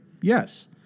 Yes